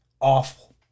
Awful